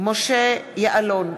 משה יעלון,